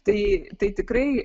tai tai tikrai